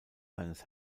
seines